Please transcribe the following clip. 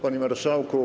Panie Marszałku!